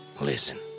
listen